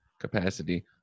capacity